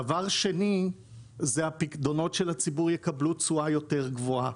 דבר שני זה הפיקדונות של הציבור יקבלו תשואה יותר גדולה,